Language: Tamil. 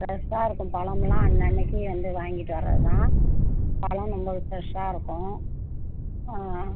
டேஸ்ட்டாக இருக்கும் பழம்லாம் அன்னனைக்கு வந்து வாங்கிட்டு வரதுதான் பழம் ரொம்ப ஃப்ரஷாகருக்கும்